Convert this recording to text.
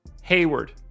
Hayward